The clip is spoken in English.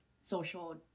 social